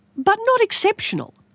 but not exceptional,